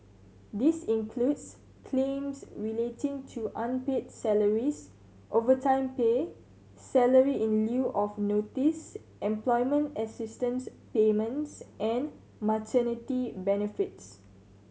this includes claims relating to unpaid salaries overtime pay salary in lieu of notice employment assistance payments and maternity benefits